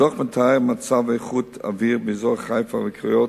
הדוח מתאר את מצב איכות האוויר באזור חיפה והקריות